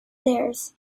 theirs